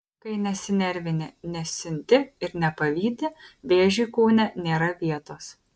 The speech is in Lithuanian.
kai nesinervini nesiunti ir nepavydi vėžiui kūne nėra vietos